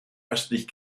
östlich